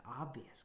obvious